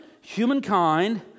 humankind